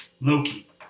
Loki